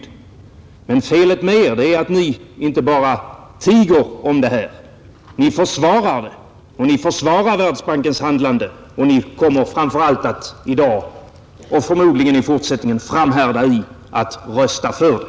Men felet med er är att ni inte bara tiger om detta, ni försvarar det. Ni försvarar Världsbankens handlande, och ni kommer framför allt att i dag, och förmodligen i fortsättningen, framhärda i att rösta för det.